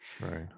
Right